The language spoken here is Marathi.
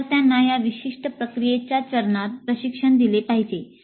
विद्यार्थ्यांना या विशिष्ट प्रक्रियेच्या चरणात प्रशिक्षण दिले पाहिजे